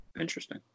interesting